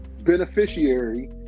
beneficiary